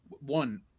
One